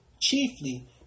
chiefly